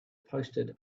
posted